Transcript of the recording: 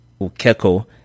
Ukeko